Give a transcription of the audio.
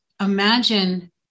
imagine